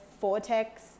vortex